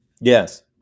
Yes